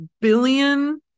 billion